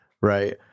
right